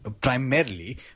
primarily